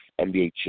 NBA